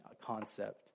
concept